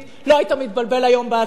לא היית מתבלבל היום בהצבעה,